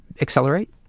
accelerate